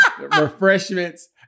refreshments